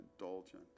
indulgent